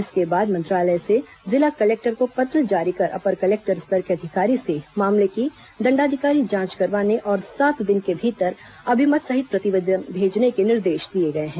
इसके बाद मंत्रालय से जिला कलेक्टर को पत्र जारी कर अपर कलेक्टर स्तर के अधिकारी से मामले की दण्डाधिकारी जांच करवाने और सात दिन के भीतर अभिमत सहित प्रतिवेदन भेजने को निर्देश दिए हैं